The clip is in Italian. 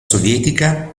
sovietica